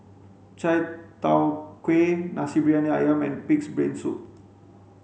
chai tow kuay nasi briyani ayam and pig's brain soup